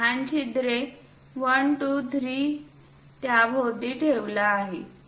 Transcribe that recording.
ही लहान छिद्रे 1 2 3 त्याभोवती ठेवली आहेत